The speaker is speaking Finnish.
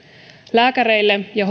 lääkäreillä ja